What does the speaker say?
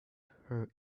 her